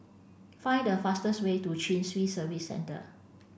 find the fastest way to Chin Swee Service Centre